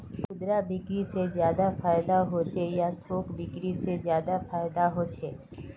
खुदरा बिक्री से ज्यादा फायदा होचे या थोक बिक्री से ज्यादा फायदा छे?